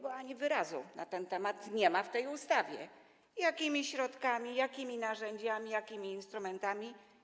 Bo ani słowa na ten temat nie ma w tej ustawie, jakimi środkami, jakimi narzędziami, jakimi instrumentami.